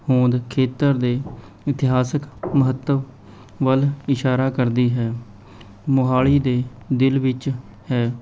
ਹੋਂਦ ਖੇਤਰ ਦੇ ਇਤਿਹਾਸਿਕ ਮਹੱਤਵ ਵੱਲ ਇਸ਼ਾਰਾ ਕਰਦੀ ਹੈ ਮੋਹਾਲੀ ਦੇ ਦਿਲ ਵਿੱਚ ਹੈ